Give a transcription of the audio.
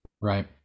right